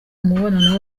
umubonano